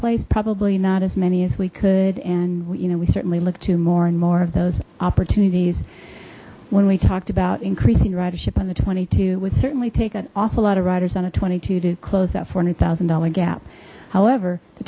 place probably not as many as we could and you know we certainly look to more and more of those opportunities when we talked about increasing ridership on the twenty two would certainly take an awful lot of riders on a twenty two to close that four hundred thousand dollars gap however the